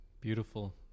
beautiful